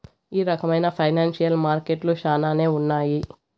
ఈ రకమైన ఫైనాన్సియల్ మార్కెట్లు శ్యానానే ఉన్నాయి